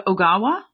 Ogawa